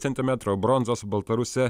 centimetrų o bronzos baltarusė